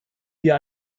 wir